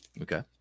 Okay